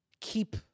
keep